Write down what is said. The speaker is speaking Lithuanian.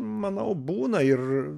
manau būna ir